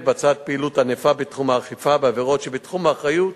מתבצעת פעילות ענפה בתחום האכיפה בעבירות שבתחום האחריות